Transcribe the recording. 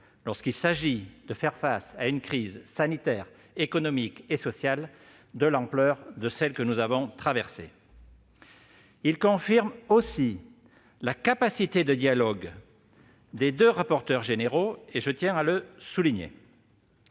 lorsqu'il s'agit de faire face à une crise sanitaire, économique et sociale de l'ampleur de celle que nous avons traversée. Il confirme aussi la capacité de dialogue des deux rapporteurs généraux- je tiens à le souligner.